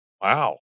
Wow